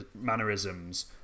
mannerisms